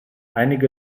einige